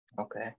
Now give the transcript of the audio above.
Okay